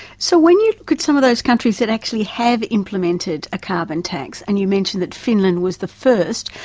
so when you look at some of those countries that actually have implemented a carbon tax, and you mentioned that finland was the first,